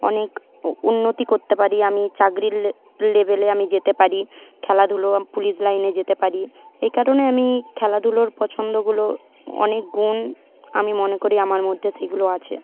অনেক উন্নতি করতে পারি আমি চাকরির লে লেভেলে আমি যেতে পারি খেলাধুলো পুলিশ লাইনে যেতে পারি এই কারণে আমি খেলাধুলোর পছন্দগুলো অনেক গুণ আমি মনে করি আমার মধ্যে সেইগুলো আছে